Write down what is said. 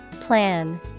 Plan